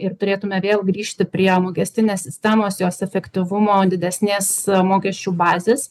ir turėtume vėl grįžti prie mokestinės sistemos jos efektyvumo didesnės mokesčių bazės